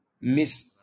miss